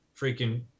freaking